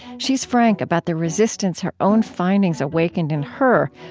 she's frank about the resistance her own findings awakened in her,